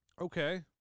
Okay